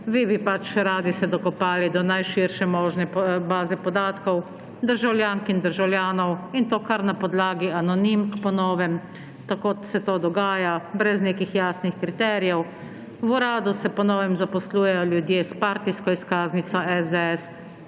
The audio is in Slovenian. Vi bi pač radi se dokopali do najširše možne baze podatkov državljank in državljanov; in to kar na podlagi anonimk, po novem, tako kot se to dogaja, brez nekih jasnih kriterijev, v uradu se po novem zaposlujejo ljudje s partijsko izkaznico SDS,